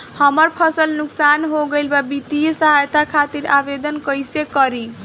हमार फसल नुकसान हो गईल बा वित्तिय सहायता खातिर आवेदन कइसे करी?